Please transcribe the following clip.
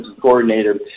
coordinator